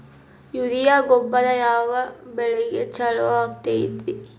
Urea ಗೊಬ್ಬರ ಯಾವ ಬೆಳಿಗೆ ಛಲೋ ಆಕ್ಕೆತಿ?